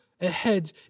ahead